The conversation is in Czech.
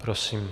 Prosím.